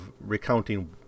recounting